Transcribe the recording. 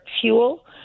fuel